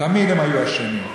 תמיד הם היו אשמים.